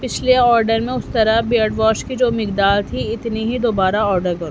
پچھلے آڈر میں استرا بیئرڈ واش کی جو مقدار تھی اتنی ہی دوبارہ آڈر کرو